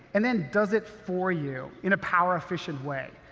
and then does it for you in a power-efficient way.